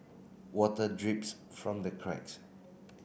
water drips from the cracks